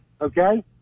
Okay